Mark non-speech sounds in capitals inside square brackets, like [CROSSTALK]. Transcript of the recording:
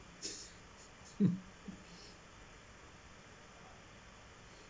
[LAUGHS] [BREATH]